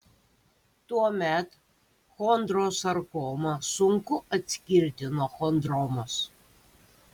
tuomet chondrosarkomą sunku atskirti nuo chondromos